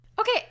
Okay